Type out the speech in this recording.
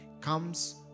comes